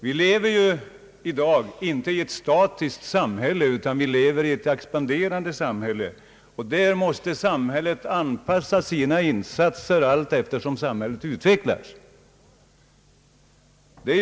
Vi lever dessutom i dag inte i ett statiskt samhälle utan i ett expanderande samhälle, som måste anpassa sina insatser alltefter utvecklingen.